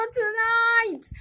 tonight